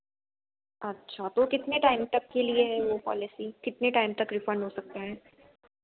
अच्छा तो कितने टाइम तक के लिए वह पॉलिसी कितने टाइम तक रिफंड हो सकता है